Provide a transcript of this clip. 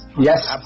yes